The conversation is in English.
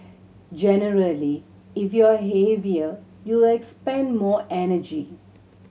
generally if you're heavier you'll expend more energy